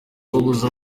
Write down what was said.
babuza